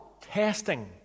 Testing